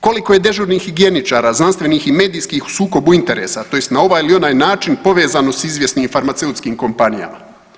Koliko je dežurnih higijeničara, znanstvenih i medijskih u sukobu interesa, tj. na ovaj ili onaj način povezano s izvjesnim farmaceutskim kompanijama?